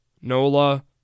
Nola